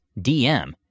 DM